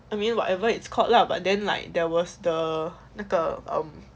I mean whatever it's called lah but then like there was the 那个 um